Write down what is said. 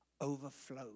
overflow